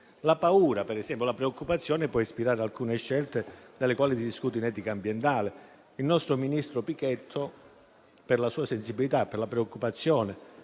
La paura, per esempio, e la preoccupazione possono ispirare alcune scelte delle quali si discute in campo ambientale. Il nostro ministro Pichetto Fratin, per la sua sensibilità e per la preoccupazione